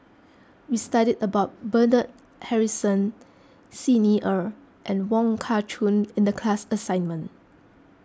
we studied about Bernard Harrison Xi Ni Er and Wong Kah Chun in the class assignment